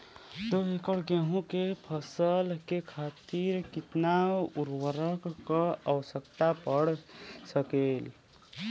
दो एकड़ गेहूँ के फसल के खातीर कितना उर्वरक क आवश्यकता पड़ सकेल?